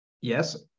Yes